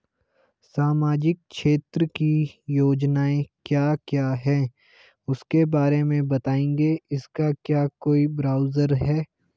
सामाजिक क्षेत्र की योजनाएँ क्या क्या हैं उसके बारे में बताएँगे इसका क्या कोई ब्राउज़र है?